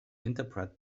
interpret